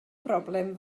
broblem